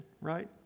right